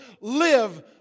live